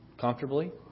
comfortably